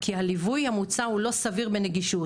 כי הליווי המוצע לא סביר בנגישות.